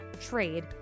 trade